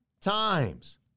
times